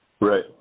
Right